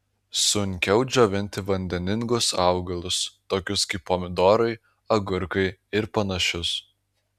sunkiau džiovinti vandeningus augalus tokius kaip pomidorai agurkai ir panašius